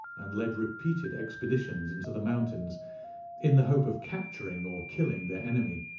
and led repeated expeditions into the mountains in the hope of capturing or killing their enemy,